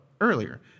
earlier